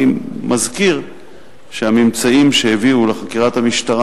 אני מזכיר שהממצאים שהביאו לחקירת המשטרה